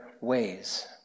ways